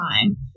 time